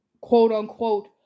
quote-unquote